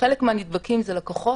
שחלק מהנדבקים זה לקוחות.